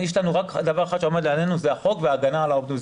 רק דבר אחד עומד לנגד עינינו וזה החוק וההגנה על העובדים.